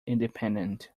independent